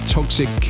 Toxic